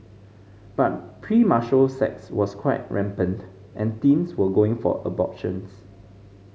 but premarital sex was quite rampant and teens were going for abortions